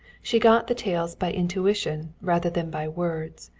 she got the tales by intuition rather than by words,